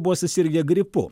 buvo susirgę gripu